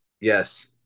yes